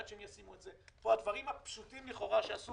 ועד שהם ישימו את זה פה את הדברים הפשוטים לכאורה שעשו